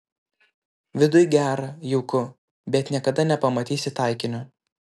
viduj gera jauku bet niekada nepamatysi taikinio